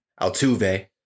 Altuve